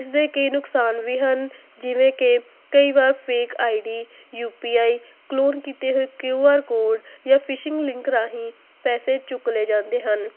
ਇਸ ਦੇ ਕਈ ਨੁਕਸਾਨ ਵੀ ਹਨ ਜਿਵੇਂ ਕਿ ਕਈ ਵਾਰ fake I D U P I clone ਕੀਤੇ ਹੋਏ ਕਿਊ ਆਰ ਕੋਡ ਜਾਂ ਫਿਸ਼ਿੰਗ ਲਿੰਕ ਰਾਹੀਂ ਪੈਸੇ ਚੁੱਕ ਲਏ ਜਾਂਦੇ ਹਨ